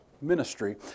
ministry